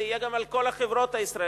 זה יהיה גם על כל החברות הישראליות.